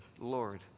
Lord